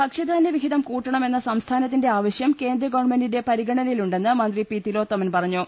ഭക്ഷ്യ ധാന്യ വിഹിതം കൂട്ടണമെന്ന സ്റ്സ്ഥാനത്തിന്റെ ആവശ്യം കേന്ദ്രഗവൺമെന്റിന്റെ പരിഗണന്നയിലുണ്ടെന്ന് മന്ത്രി പി തിലോത്തമൻ പറഞ്ഞു